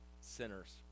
sinners